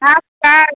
आपका